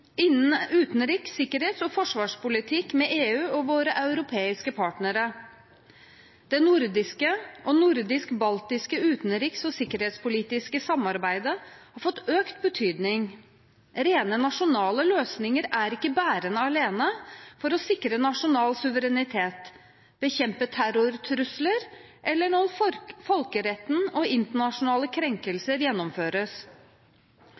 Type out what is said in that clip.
innen utenriks-, sikkerhets- og forsvarspolitikk med EU og våre europeiske partnere. Det nordiske og nordisk-baltiske utenriks- og sikkerhetspolitiske samarbeidet har fått økt betydning. Rene nasjonale løsninger er ikke bærende alene for å sikre nasjonal suverenitet, bekjempe terrortrusler eller krenkelser mot folkeretten